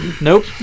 Nope